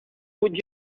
would